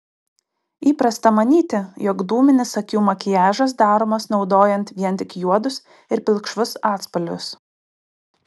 įprasta manyti jog dūminis akių makiažas daromas naudojant vien tik juodus ir pilkšvus atspalvius